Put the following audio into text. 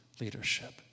leadership